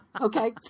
Okay